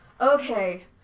Okay